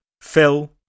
Phil